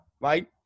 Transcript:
right